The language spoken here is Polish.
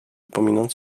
pominąć